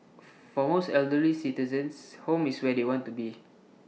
for most elderly citizens home is where they want to be